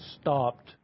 stopped